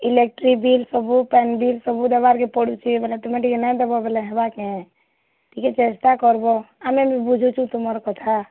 electric bill ସବୁ ପାଏନ୍ bill ସବୁ ଦେବାର୍କେ ପଡ଼ୁଛେ ବୋଇଲେ ତୁମେ ଟିକେ ନାଇଁଦେବ ବୋଇଲେ ହେବା କେଁ ଟିକେ ଚେଷ୍ଟା କର୍ବ ଆମେ ବି ବୁଝୁଛୁଁ ତୁମର୍ କଥା